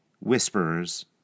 whisperers